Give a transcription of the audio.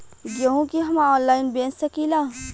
गेहूँ के हम ऑनलाइन बेंच सकी ला?